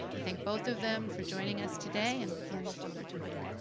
ah thank both of them for joining us today and i'll hand this over to mike.